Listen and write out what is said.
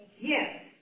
yes